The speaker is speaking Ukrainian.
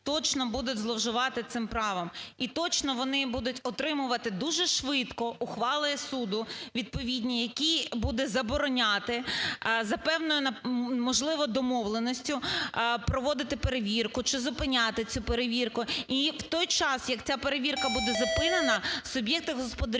точно будуть зловживати цим правом і точно вони будуть отримувати дуже швидко ухвали суду відповідні, який буде забороняти за певною, можливо, домовленістю проводити перевірку чи зупиняти цю перевірку. І в той час, як ця перевірка буде зупинена, суб'єкти господарювання